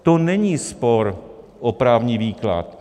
To není spor o právní výklad.